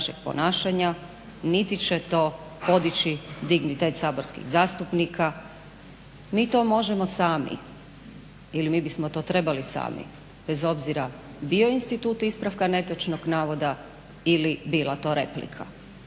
niti će to podići dignitet saborskih zastupnika. Mi to možemo sami ili mi bismo to trebali sami bez obzira bio institut netočnog navoda ili bila to replika.